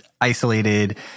isolated